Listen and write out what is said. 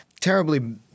terribly